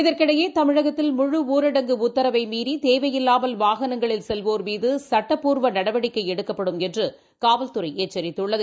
இதற்கிடையே தமிழகத்தில் முழு ஊரடங்கு உத்தரவைமீறிதேவையில்லாமல் வாகனங்களில் செல்வோர் மீதுசட்டப்பூர்வநடவடிக்கைஎடுக்கப்படும் என்றுகாவல்துறைஎச்சித்துள்ளது